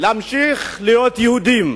להמשיך להיות יהודים.